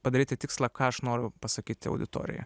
padaryti tikslą ką aš noriu pasakyti auditorijai